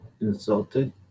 insulted